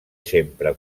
sempre